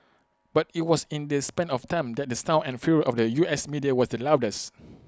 but IT was in this span of time that the sound and fury of the U S media was the loudest